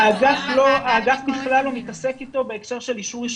האגף בכלל לא מתעסק אתו בהקשר של אישור ראשוני.